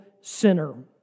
sinner